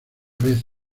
vez